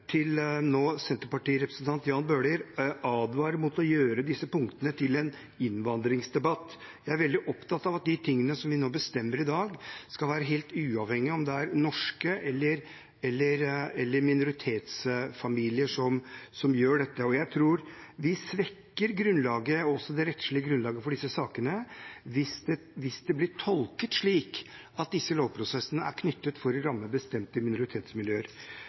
til nå Senterparti-representanten Jan Bøhler, advare mot å gjøre disse punktene til en innvandringsdebatt. Jeg er veldig opptatt av at de tingene som vi nå bestemmer i dag, skal være helt uavhengig av om det er norske eller minoritetsfamilier som gjør dette. Og jeg tror vi svekker grunnlaget, og også det rettslige grunnlaget, for disse sakene hvis det blir tolket slik at disse lovprosessene er knyttet opp mot å ramme bestemte minoritetsmiljøer.